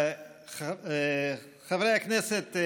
חברי הכנסת,